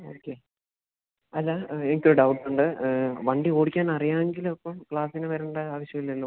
okay അല്ല എനിക്കൊരു ഡൗട്ടുണ്ട് വണ്ടിയോടിക്കാനറിയാമെങ്കിലോ ഇപ്പം ക്ലാസിന് വരേണ്ട ആവശ്യമില്ലല്ലോ